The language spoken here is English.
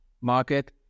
market